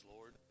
Lord